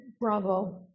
bravo